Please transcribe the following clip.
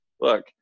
look